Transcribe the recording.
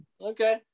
Okay